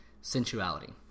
Sensuality